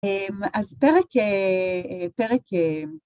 אז פרק א... פרק א...